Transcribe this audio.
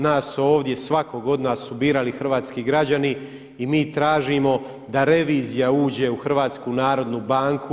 Nas ovdje svakog od nas su birali hrvatski građani i mi tražimo da revizija uđe u HNB.